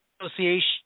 Association